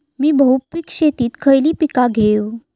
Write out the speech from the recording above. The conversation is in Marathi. मी बहुपिक शेतीत खयली पीका घेव?